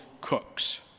cooks